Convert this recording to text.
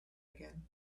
again